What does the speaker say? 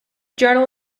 journal